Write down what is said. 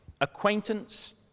Acquaintance